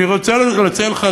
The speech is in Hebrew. אני רוצה להציע לך,